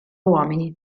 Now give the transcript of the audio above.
uomini